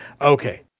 okay